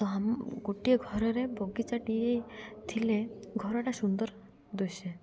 ଗୋଟିଏ ଘରରେ ବଗିଚାଟିଏ ଥିଲେ ଘରଟା ସୁନ୍ଦର ଦିଶେ